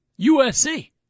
USC